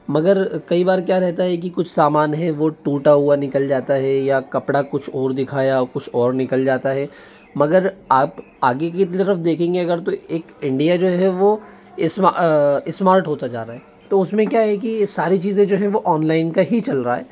मगर कई बार क्या रहता है कि कुछ सामान है वह टूटा हुआ निकल जाता है या कपड़ा कुछ और दिखाया और कुछ और निकल जाता है मगर आप आगे की तरफ़ देखेंगे अगर तो एक इंडिया जो है वह इस मा स्मार्ट होता जा रहा है तो उसमें क्या है कि ये सारी चीज़ें जो हैं ऑनलाइन का ही चल रहा है